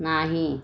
नाही